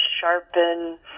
sharpen